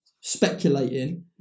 speculating